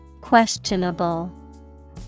Questionable